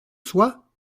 soit